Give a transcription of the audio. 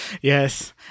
Yes